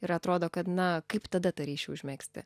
ir atrodo kad na kaip tada tą ryšį užmegzti